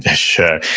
ah sure.